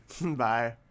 Bye